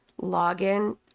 login